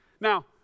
Now